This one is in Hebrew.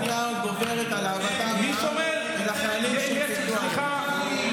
עדיין שנאתם לנתניהו גוברת על אהבתם לעם ולחיילים שפיקדו עליהם.